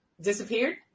disappeared